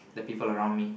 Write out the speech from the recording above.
the people around me